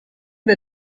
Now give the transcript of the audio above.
wir